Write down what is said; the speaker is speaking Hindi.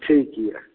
ठीक ये